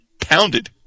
pounded